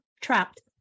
trapped